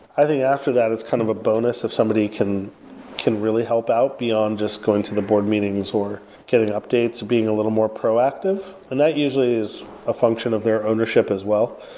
i think after that, it's kind of a bonus if somebody can can really help out beyond just going to the board meetings or getting updates or being a little more proactive. and that usually is a function of their ownership as well.